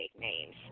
names